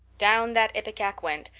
down that ipecac went,